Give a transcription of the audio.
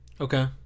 Okay